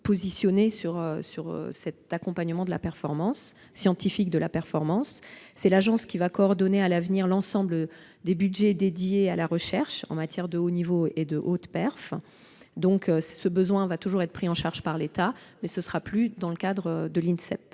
positionnés sur cet accompagnement scientifique de la performance. C'est l'ANS qui coordonnera à l'avenir l'ensemble des crédits dédiés à la recherche en matière de haute performance. Ce besoin sera donc toujours pris en charge par l'État, mais ce ne sera plus dans le cadre de l'INSEP.